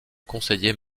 conseiller